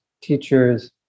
teachers